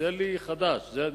זה חדש לי.